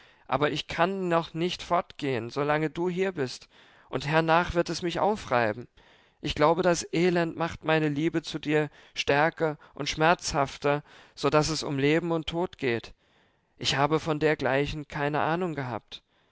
aber ich kann noch nicht fortgehen solange du hier bist und hernach wird es mich aufreiben ich glaube das elend macht meine liebe zu dir stärker und schmerzhafter so daß es um leben und tod geht ich habe von dergleichen keine ahnung gehabt